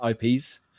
IPs